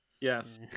Yes